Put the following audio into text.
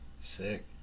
Sick